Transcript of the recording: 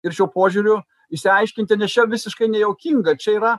ir šiuo požiūriu išsiaiškinti nes čia visiškai nejuokinga čia yra